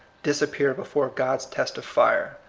disappear before god's test of fire.